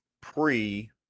pre